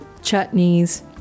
chutneys